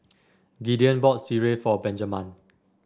Gideon bought Sireh for Benjaman